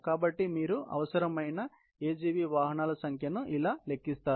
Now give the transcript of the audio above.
కాబట్టి మీరు అవసరమైన AGV వాహనాల సంఖ్యను ఆలా లెక్కిస్తారు